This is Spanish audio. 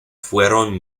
fueron